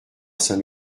saint